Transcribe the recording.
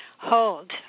hold